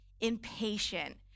impatient